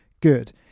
good